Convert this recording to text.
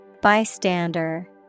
Bystander